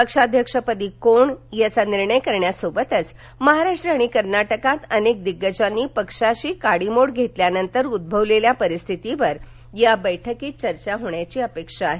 पक्षाध्यक्षपदी कोण याचा निर्णय करण्यासोबतच महाराष्ट्र आणि कर्नाटकात अनेक दिग्गजांनी पक्षाशी काडीमोड घेतल्यानंतर उद्भवलेल्या परिस्थितीवर या बर्क्कीत चर्चा अपेक्षित आहे